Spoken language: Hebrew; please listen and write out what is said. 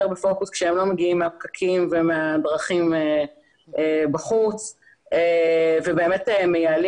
בפוקוס כשהם לא מגיעים מהפקקים ומהדרכים בחוץ ובאמת מייעלים